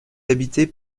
habité